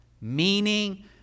meaning